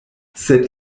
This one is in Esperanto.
sed